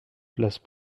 place